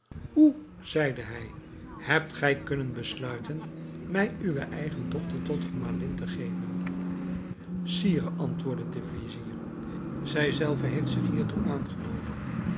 hoe zeide hij hebt gij kunnen besluiten mij uwe eigen dochter tot gemalin te geven sire antwoordde de vizier zij zelve heeft zich daartoe aangeboden